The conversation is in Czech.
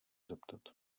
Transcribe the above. zeptat